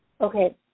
Okay